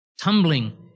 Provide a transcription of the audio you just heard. tumbling